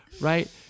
Right